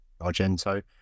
Argento